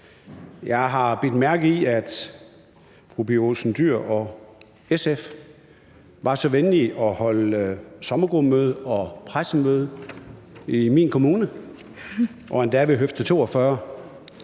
Jeg har bidt mærke i, at fru Pia Olsen Dyhr og SF var så venlige at holde sommergruppemøde og pressemøde i min kommune og endda ved høfde 42.